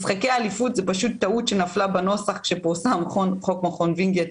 משחקי אליפות זה טעות שנפלה בנוסח כשפורסם חוק מכון וינגייט.